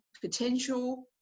potential